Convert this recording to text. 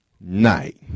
night